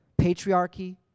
patriarchy